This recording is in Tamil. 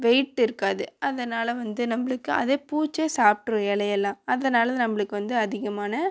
வெயிட்டு இருக்காது அதனால் வந்து நம்மளுக்கு அதே பூச்சே சாப்பிட்ரும் இலையெல்லாம் அதனால் நம்மளுக்கு வந்து அதிகமான